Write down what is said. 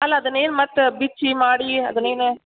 ಅಲ್ಲ ಅದನ್ನೇನು ಮತ್ತೆ ಬಿಚ್ಚಿ ಮಾಡಿ ಅದನ್ನೇನು